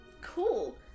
Cool